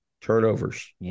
turnovers